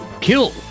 kill